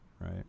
right